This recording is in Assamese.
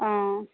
অঁ